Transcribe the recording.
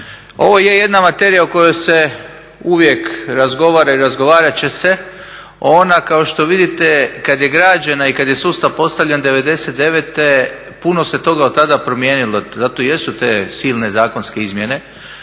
ovo je jedna materija o kojoj se uvijek razgovara i razgovarat će se. Ona kao što vidite kad je građena i kad je sustav postavljan '99. puno se toga od tada promijenilo. Zato i jesu te silne zakonske izmjene.